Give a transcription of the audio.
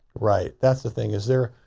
right. that's the thing is they're,